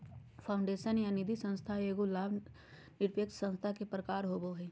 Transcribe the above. foundation या निधिसंस्था एगो लाभ निरपेक्ष संस्था के प्रकार होवो हय